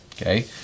Okay